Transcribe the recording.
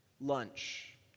lunch